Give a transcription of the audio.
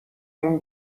اون